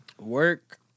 Work